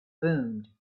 boomed